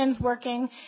working